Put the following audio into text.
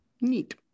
Neat